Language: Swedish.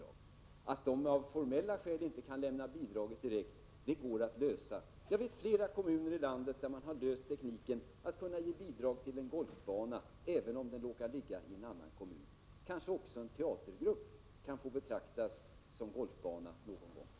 Problemet att vi av formella skäl inte kan lämna bidraget direkt går att lösa. Jag vet att flera kommuner i landet har klarat tekniken att ge bidrag till en golfbana även om den råkar ligga i en annan kommun. Kanske också en teatergrupp kan betraktas som en golfbana någon gång.